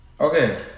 Okay